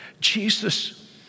Jesus